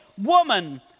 woman